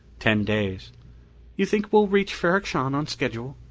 ten days you think we'll reach ferrok-shahn on schedule?